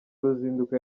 ruzinduko